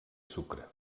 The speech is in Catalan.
sucre